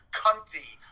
cunty